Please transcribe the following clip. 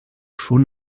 schon